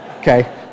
Okay